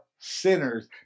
Sinners